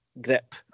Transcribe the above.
grip